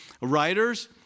writers